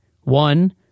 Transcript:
one